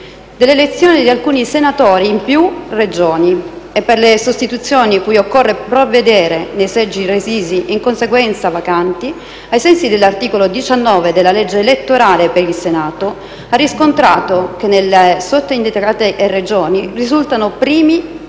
dell'elezione di alcuni senatori in più Regioni e - per le sostituzioni cui occorre provvedere nei seggi resisi in conseguenza vacanti, ai sensi dell'articolo 19 della legge elettorale per il Senato - ha riscontrato che nelle sottoindicate Regioni risultano primi